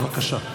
בבקשה.